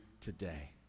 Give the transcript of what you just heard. today